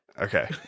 Okay